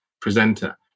presenter